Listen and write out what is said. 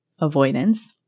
avoidance